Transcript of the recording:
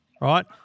right